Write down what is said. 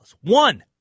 One